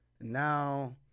Now